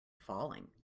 falling